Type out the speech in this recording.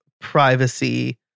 privacy